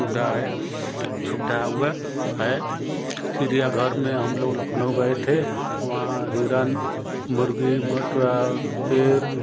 सुविधा है सुविधा हुआ है चिड़ियाघर में हमलोग लखनऊ गए थे वहाँ हिरण मुर्गी मतलब शेर